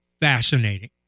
fascinating